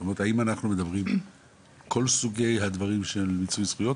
זאת אומרת האם אנחנו מדברים על כל סוגי הדברים של מיצוי זכויות?